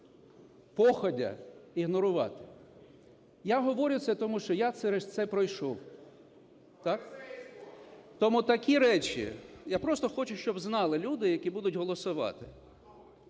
походя, ігнорувати. Я говорю це, тому що я через це пройшов, так. Тому такі речі я просто хочу, щоб знали люди, які будуть голосувати,